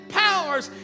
powers